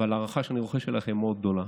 אבל ההערכה שאני רוחש אליך היא מאוד גדולה,